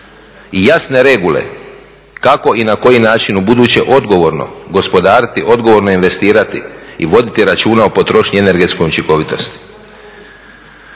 i jasne regula kako i na koji način ubuduće odgovorno gospodariti, odgovorno investirati i voditi računa o potrošnji i energetskoj učinkovitosti.